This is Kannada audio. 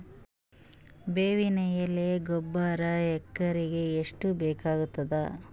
ಬೇವಿನ ಎಲೆ ಗೊಬರಾ ಎಕರೆಗ್ ಎಷ್ಟು ಬೇಕಗತಾದ?